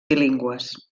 bilingües